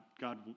God